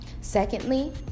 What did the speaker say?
Secondly